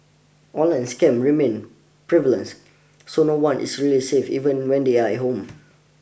online scam remain prevalence so no one is really safe even when they're at home